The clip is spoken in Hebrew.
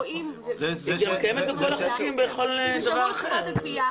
רואים --- היא גם קיימת בכל החוקים בכל דבר אחר.